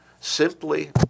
simply